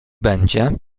będzie